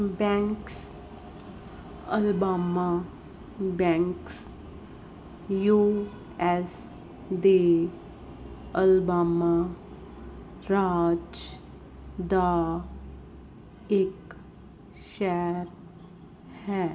banks Alabama Banks US ਦੇ Alabama ਰਾਜ ਦਾ ਇੱਕ ਸ਼ਹਿਰ ਹੈ